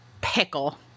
pickle